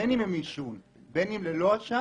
בין אם עישון ובין אם ללא עשן,